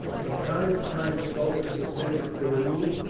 from time to time scopus ascended to the roof,